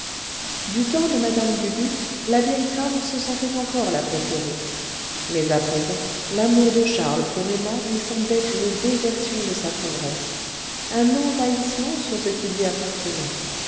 du temps de madame dubuc la vieille femme se sentait encore la préférée mais à présent l'amour de charles pour emma lui semblait une désertion de sa tendresse un envahissement sur ce qui lui appartenait